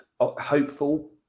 hopeful